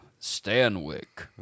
Stanwick